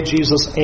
Jesus